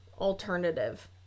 alternative